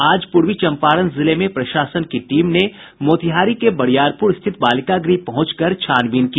आज पूर्वी चंपारण जिले में प्रशासन की टीम ने मोतिहारी के बरियारपुर स्थित बालिका गृह पहुंचकर छानबीन की